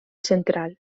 central